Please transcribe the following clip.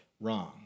wrong